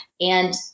And-